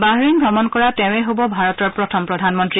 Bahrain ভ্ৰমণ কৰা তেওৱে হ'ব ভাৰতৰ প্ৰথম প্ৰধানমন্ত্ৰী